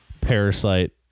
Parasite